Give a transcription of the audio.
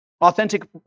Authentic